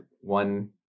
one